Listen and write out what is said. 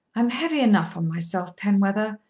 i am heavy enough on myself, penwether.